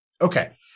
okay